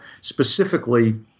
specifically